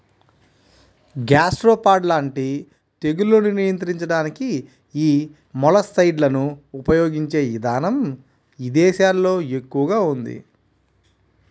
gastropod లాంటి తెగుళ్లను నియంత్రించడానికి యీ మొలస్సైడ్లను ఉపయిగించే ఇదానం ఇదేశాల్లో ఎక్కువగా ఉంది